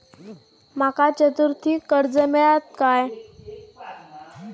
माका चतुर्थीक कर्ज मेळात काय?